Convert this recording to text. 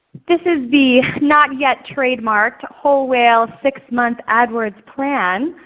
this is the not yet trademarked whole whale six month adwords plan.